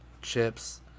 Chips